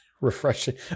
refreshing